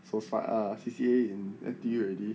socie~ uh C_C_A in N_T_U already